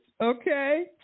okay